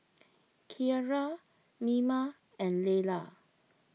Keara Mima and Layla